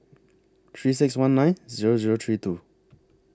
three six one nine Zero Zero three two